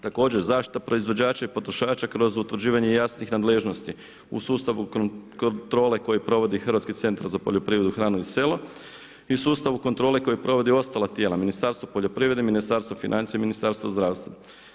Također zaštita proizvođača i potrošača kroz utvrđivanje jasnih nadležnosti u sustavu kontrole koju provodi Hrvatski centar za poljoprivredu, hranu i selo i sustavu kontrole koji provode ostala tijela, Ministarstvo poljoprivrede, Ministarstvo financija i Ministarstvo zdravstva.